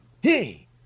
Hey